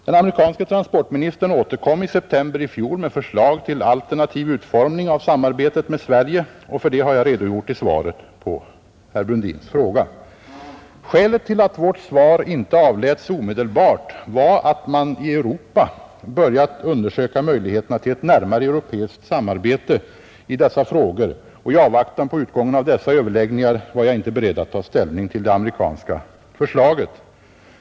Den amerikanske transportministern återkom i september i fjol med förslag till alternativ utformning av samarbetet med Sverige, och för detta har jag redogjort i svaret på herr Brundins fråga. Skälet till att vårt svar inte avläts omedelbart var att man i Europa börjat undersöka möjligheterna till ett närmare europeiskt samarbete i dessa frågor, och i avvaktan på utgången av dessa överläggningar var jag inte beredd att ta ställning till det amerikanska förslaget.